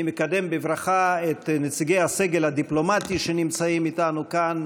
אני מקדם בברכה את נציגי הסגל הדיפלומטי שנמצאים איתנו כאן,